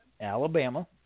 Alabama